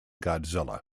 godzilla